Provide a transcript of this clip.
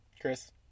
Chris